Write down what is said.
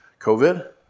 COVID